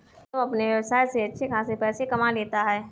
प्रीतम अपने व्यवसाय से अच्छे खासे पैसे कमा लेता है